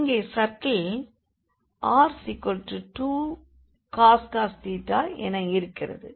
இங்கே circle r2cos என இருக்கிறது